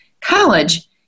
college